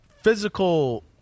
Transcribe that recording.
physical